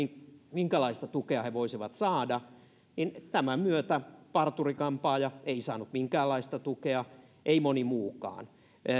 minkälaista tukea he voisivat saada tämän myötä parturi kampaaja ei saanut minkäänlaista tukea eikä moni muukaan